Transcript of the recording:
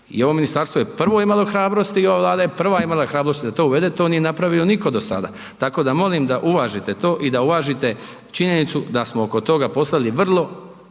I ovo ministarstvo je prvo imalo hrabrosti i ova Vlada je prva imala hrabrosti da to uvede, to nije napravio nitko do sada, tako da molim da uvažite to i da uvažite činjenicu da smo oko toga poslali vrlo